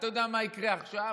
אתה יודע מה יקרה עכשיו?